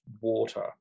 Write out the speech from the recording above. water